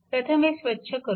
प्रथम हे स्वच्छ करू